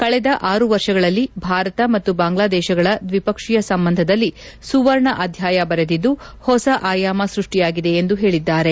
ಕಳೆದ ಆರು ವರ್ಷಗಳಲ್ಲಿ ಭಾರತ ಮತ್ತು ಬಾಂಗ್ಲಾದೇಶಗಳ ದ್ವಿಪಕ್ಷೀಯ ಸಂಬಂಧದಲ್ಲಿ ಸುವರ್ಣ ಅಧ್ಯಾಯ ಬರೆದಿದ್ದು ಹೊಸ ಆಯಾಮ ಸೃಷ್ಟಿಯಾಗಿದೆ ಎಂದು ಹೇಳಿದ್ದಾರೆ